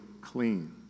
clean